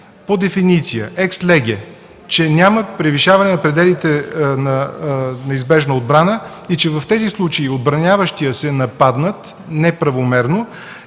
по дефиниция, екс леге, че няма превишаване на пределите на неизбежна отбрана и че в тези случаи отбраняващият се е нападнат неправомерно